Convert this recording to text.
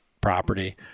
property